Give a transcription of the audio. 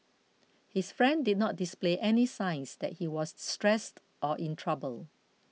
his friend did not display any signs that he was stressed or in trouble